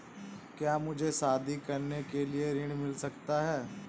क्या मुझे शादी करने के लिए ऋण मिल सकता है?